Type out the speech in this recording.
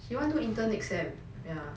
she want do intern next sem ya